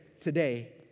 today